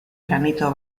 granito